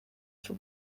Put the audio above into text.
for